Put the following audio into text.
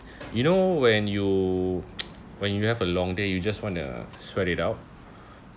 you know when you when you have a long day you just want to sweat it out